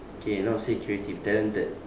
okay not say creative talented